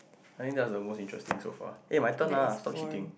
I think that was the most interesting so far eh my turn lah so cheating